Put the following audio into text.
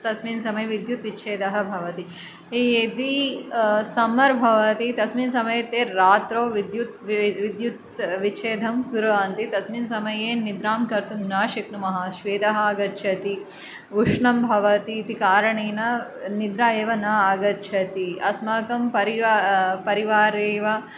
तस्मिन् समये विद्युत्विच्छेदः भवति यदि सम्मर् भवति तस्मिन् समये ते रात्रौ विद्युत् विद्युत् विच्छेदं कुर्वन्ति तस्मिन् समये निद्रां कर्तुं न शक्नुमः श्वेदः आगच्छति उष्णं भवति इति कारणेन निद्रा एव न आगच्छति अस्माकं परिवा परिवारे वा